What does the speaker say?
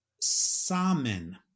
salmon